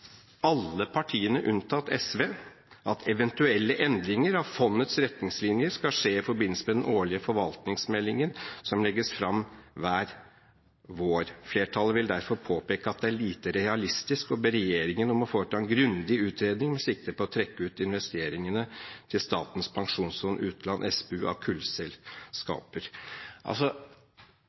alle partiene unntatt SV, at «eventuelle endringer av fondets retningslinjer skal skje i forbindelse med den årlige forvaltningsmeldingen som legges frem hver vår. Flertallet vil derfor påpeke at det er lite realistisk å be regjeringen om å foreta en grundig utredning med sikte på å trekke ut investeringene til Statens pensjonsfond utland av kullselskaper».